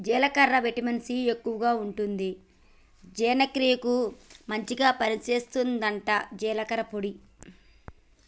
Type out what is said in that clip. జీలకర్రల vitamin C ఎక్కువుంటది జీర్ణ క్రియకు మంచిగ పని చేస్తదట జీలకర్ర పొడి